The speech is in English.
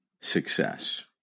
success